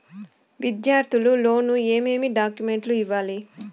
విద్యార్థులు లోను ఏమేమి డాక్యుమెంట్లు ఇవ్వాలి?